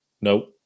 No